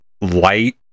light